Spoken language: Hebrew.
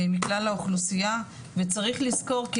וצריך לזכור,